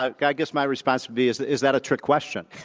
i guess my response would be is that is that a trick question?